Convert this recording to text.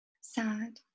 sad